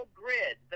grid